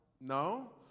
No